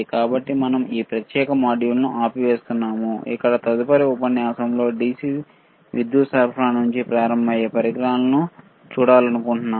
కాబట్టి మనం ఈ ప్రత్యేకమైన మాడ్యూల్ను ఆపివేస్తాము ఇక్కడ తదుపరి ఉపన్యాసంలో DC విద్యుత్ సరఫరా నుండి ప్రారంభమయ్యే పరికరాలను చూడాలనుకుంటున్నాము